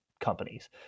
companies